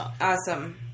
Awesome